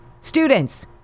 students